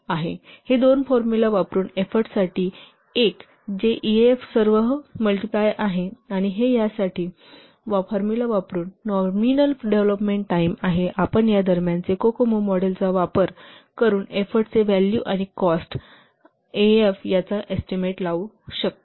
तर ही दोन फॉर्मुला वापरुन एफोर्टसाठी एक जे ईएएफ सह मल्टिप्लाय आहे आणि हे यासाठी फॉर्मुला वापरुन नॉमिनल डेव्हलोपमेंट टाईम आहे आपण या इंटरमीडिएट कोकोमो मॉडेलचा वापर करुन एफोर्टचे व्हॅल्यू आणि कॉस्ट आह याचा एस्टीमेट लावू शकता